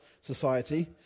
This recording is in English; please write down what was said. society